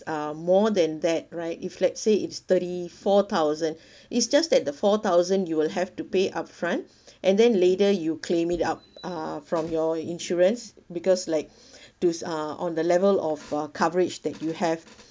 uh more than that right if let's say it's thirty four thousand it's just that the four thousand you will have to pay upfront and then later you claim it up uh from your insurance because like those uh on the level of uh coverage that you have